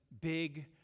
big